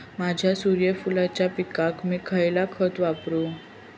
माझ्या सूर्यफुलाच्या पिकाक मी खयला खत वापरू?